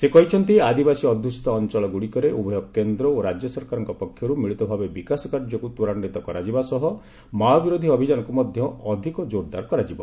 ସେ କହିଛନ୍ତି ଆଦିବାସୀ ଅଧୁଷିତ ଅଞ୍ଚଳଗୁଡିକରେ ଉଭୟ କେନ୍ଦ୍ର ଓ ରାଜ୍ୟ ସରକାରଙ୍କ ପକ୍ଷରୁ ମିଳିତଭାବେ ବିକାଶ କାର୍ଯ୍ୟକୁ ତ୍ୱରାନ୍ୱିତ କରାଯିବା ସହ ମାଓ ବିରୋଧୀ ଅଭିଯାନକୁ ମଧ୍ୟ ଅଧିକ ଜୋରଦାର କରାଯିବ